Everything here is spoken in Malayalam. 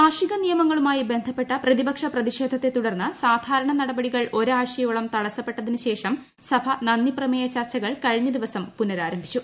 കാർഷിക നിയമങ്ങളുമായി ബന്ധപ്പെട്ട പ്രതിപക്ഷ പ്രതിഷേധത്തെ തുടർന്ന് സാധാരണ നടപടികൾ ഒരാഴ്ചയോളം തടസ്സപ്പെട്ട ശേഷമാണ് സഭ നന്ദിപ്രമേയ ചർച്ചകൾ കഴിഞ്ഞ ദിവസം പുന്നരാരംഭിച്ചത്